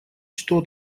что